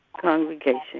congregation